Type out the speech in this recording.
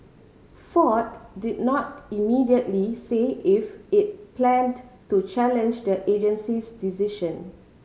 Ford did not immediately say if it planned to challenge the agency's decision